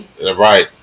Right